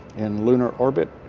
and lunar orbit,